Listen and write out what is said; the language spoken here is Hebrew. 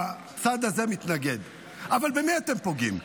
הצד הזה מתנגד, אבל במי אתם פוגעים?